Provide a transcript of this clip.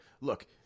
look –